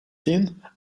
tin